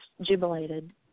jubilated